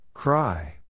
Cry